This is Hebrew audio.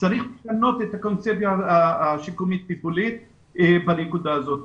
צריך לשנות את הקונספציה השיקומית טיפולית בנקודה הזאת.